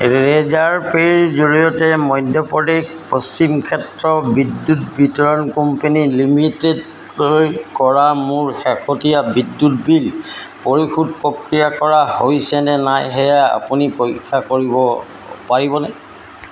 ৰেজাৰপে'ৰ জৰিয়তে মধ্যপ্ৰদেশ পশ্চিম ক্ষেত্ৰ বিদ্যুৎ বিতৰণ কোম্পানী লিমিটেডলৈ কৰা মোৰ শেহতীয়া বিদ্যুৎ বিল পৰিশোধ প্ৰক্ৰিয়া কৰা হৈছেনে নাই সেয়া আপুনি পৰীক্ষা কৰিব পাৰিবনে